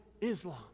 Islam